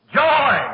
joy